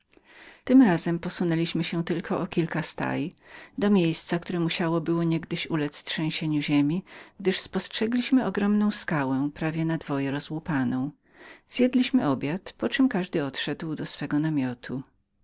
tym razem posunęliśmy się tylko o kilka staj do miejsca które musiało było niegdyś uledz trzęsieniu ziemi gdyż spostrzegliśmy ogromną skałę prawie na dwoje rozłupaną zjedliśmy obiad poczem każdy odszedł do swego namiotu